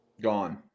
Gone